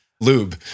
lube